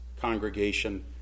congregation